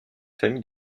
famille